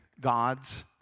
God's